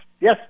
Yes